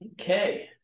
Okay